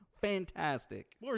Fantastic